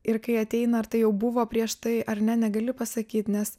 ir kai ateina ar tai jau buvo prieš tai ar ne negali pasakyt nes